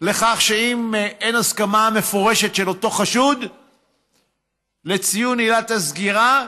לכך שאם אין הסכמה מפורשת של אותו חשוד לציון עילת הסגירה: